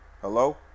Hello